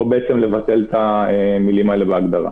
או בעצם לבטל את המילים האלה בהגדרה.